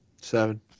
seven